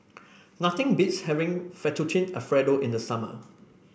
nothing beats having Fettuccine Alfredo in the summer